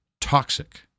toxic